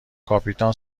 کاپیتان